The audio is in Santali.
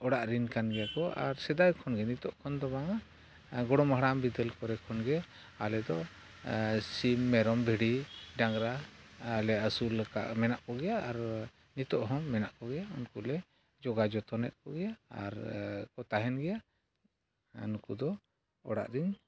ᱚᱲᱟᱜ ᱨᱮᱱ ᱠᱟᱱ ᱜᱮᱭᱟ ᱠᱚ ᱟᱨ ᱥᱮᱫᱟᱭ ᱠᱷᱚᱱ ᱜᱮ ᱱᱤᱛᱳᱜ ᱠᱷᱚᱱ ᱫᱚ ᱵᱟᱝ ᱜᱚᱲᱚᱢ ᱦᱟᱲᱟᱢ ᱵᱤᱫᱟᱹᱞ ᱠᱚᱨᱮ ᱠᱷᱚᱱ ᱜᱮ ᱟᱞᱮ ᱫᱚ ᱥᱤᱢ ᱢᱮᱨᱚᱢ ᱵᱷᱤᱰᱤ ᱰᱟᱝᱨᱟ ᱞᱮ ᱟᱹᱥᱩᱞᱟᱠᱟᱜ ᱢᱮᱱᱟᱜ ᱠᱚᱜᱮᱭᱟ ᱟᱨ ᱱᱤᱛᱳᱜ ᱦᱚᱸ ᱢᱮᱱᱟᱜ ᱠᱚᱜᱮᱭᱟ ᱩᱱᱠᱩ ᱞᱮ ᱡᱚᱜᱟᱣ ᱡᱚᱛᱚᱱᱮᱫ ᱠᱚᱜᱮᱭᱟ ᱟᱨ ᱠᱚ ᱛᱟᱦᱮᱱ ᱜᱮᱭᱟ ᱱᱩᱠᱩ ᱫᱚ ᱚᱲᱟᱜ ᱨᱮᱱ